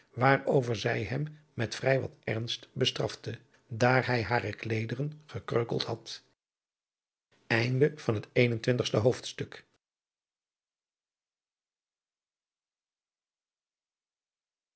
waarover zij hem met vrij wat ernst bestrafte daar hij hare kleederen gekreukeld had adriaan loosjes pzn